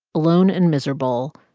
alone and miserable,